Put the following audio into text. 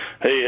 Hey